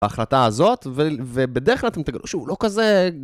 ההחלטה הזאת, ובדרך כלל אתם תגלו שהוא לא כזה...